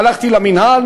הלכתי למינהל,